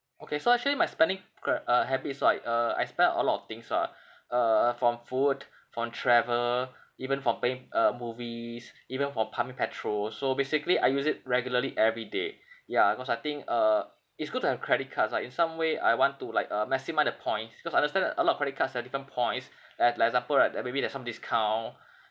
okay so actually my spending gra~ uh habits right uh I spend a lot of things ah uh from food from travel even for paying uh movies even for pumping petrol so basically I use it regularly every day ya cause I think uh it's good to have credit cards lah in some way I want to like uh maximise the points cause understand a lot of credit cards have different points and like example right like maybe there's maybe some discount